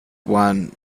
one